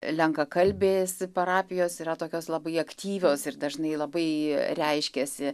lenkakalbės parapijos yra tokios labai aktyvios ir dažnai labai reiškiasi